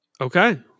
okay